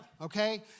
okay